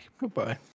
Goodbye